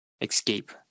escape